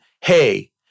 hey